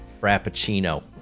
frappuccino